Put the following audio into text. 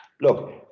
Look